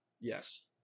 Yes